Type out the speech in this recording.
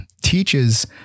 teaches